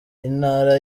intara